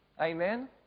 Amen